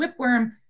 whipworm